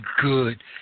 good